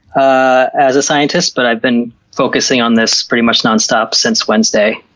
ah as a scientist, but i've been focusing on this pretty much nonstop since wednesday.